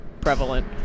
prevalent